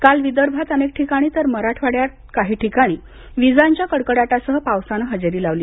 काल विदर्भात अनेक ठिकाणी तर मराठवाड्यात काही ठिकाणी विजांच्या कडकडाटासह पावसानं हजेरी लावली